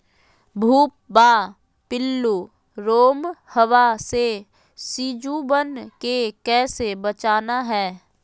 भुवा पिल्लु, रोमहवा से सिजुवन के कैसे बचाना है?